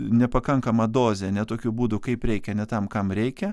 nepakankama dozė ne tokiu būdu kaip reikia ne tam kam reikia